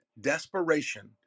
desperation